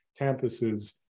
campuses